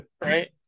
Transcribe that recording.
Right